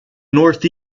north